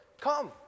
come